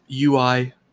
UI